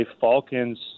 Falcon's